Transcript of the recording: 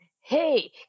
hey